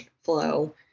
flow